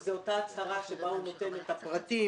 שזה אותה הצהרה שבה הוא נותן את הפרטים